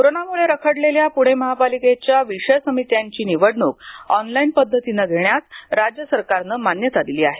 कोरोनामुळे रखडलेल्या पुणे महापालिकेच्या विषय समित्यांची निवडणूक ऑनलाइन पद्धतीने घेण्यास राज्य सरकारने मान्यता दिली आहे